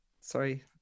sorry